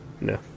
No